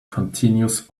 continues